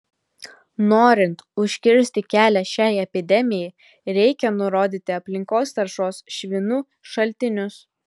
norint užkirsti kelią šiai epidemijai reikia nurodyti aplinkos taršos švinu šaltinius